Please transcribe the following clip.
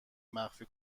مخفی